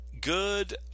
good